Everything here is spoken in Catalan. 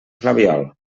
flabiol